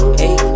hey